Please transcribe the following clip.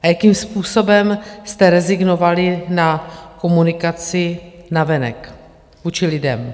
A jakým způsobem jste rezignovali na komunikaci navenek, vůči lidem.